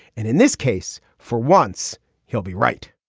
and in this case for once he'll be right